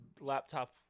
laptop